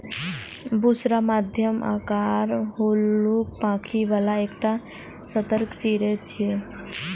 बुशरा मध्यम आकारक, हल्लुक पांखि बला एकटा सतर्क चिड़ै छियै